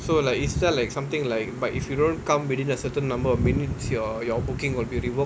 so like it's just like something like but if you don't come within a certain number of minutes your your booking will be revoked